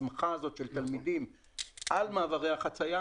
ההסמכה הזאת של תלמידים על מעברי החציה,